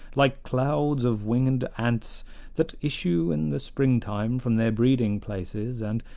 like clouds of winged ants that issue in the springtime from their breeding-places and,